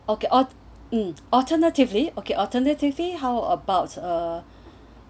okay ah alternatively okay alternatively how about uh